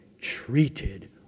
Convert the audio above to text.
Treated